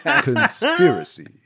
Conspiracy